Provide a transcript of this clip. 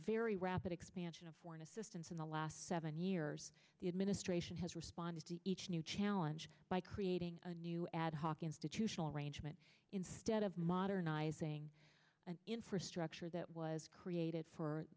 very rapid expansion of foreign assistance in the last seven years the administration has responded to each new challenge by creating a new ad hoc institutional arrangement instead of modernizing an infrastructure that was created for